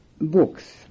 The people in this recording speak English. Books